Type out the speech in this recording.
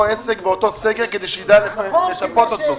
עסק באותו סגר כדי שנדע לשפות אותו.